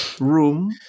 room